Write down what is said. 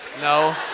No